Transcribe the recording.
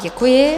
Děkuji.